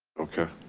okay.